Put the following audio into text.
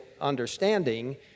understanding